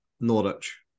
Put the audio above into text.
Norwich